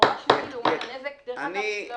נורא שולי לעומת נזק- -- יקירה,